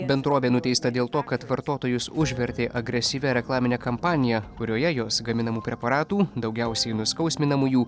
bendrovė nuteista dėl to kad vartotojus užvertė agresyvia reklamine kampanija kurioje jos gaminamų preparatų daugiausiai nuskausminamųjų